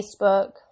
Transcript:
Facebook